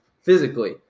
physically